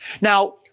Now